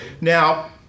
Now